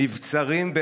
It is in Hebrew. / נבצרים,